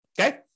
Okay